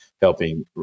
helping